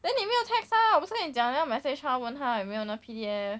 then 你没有 text 他我不是很讲要 message 他问他有没有那个 P_D_F